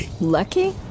Lucky